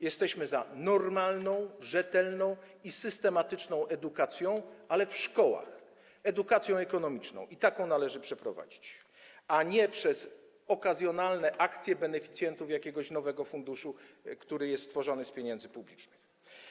Jesteśmy za normalną, rzetelną i systematyczną edukacją, ale w szkołach, edukacją ekonomiczną, taką należy przeprowadzić, a nie edukacją będącą wynikiem okazjonalnych akcji beneficjentów jakiegoś nowego funduszu, który jest tworzony z pieniędzy publicznych.